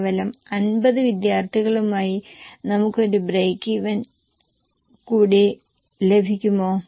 കേവലം 50 വിദ്യാർത്ഥികളുമായി നമുക്ക് ഒരു ബ്രേക്ക് ഈവൻ കൂടി ലഭിക്കുമോ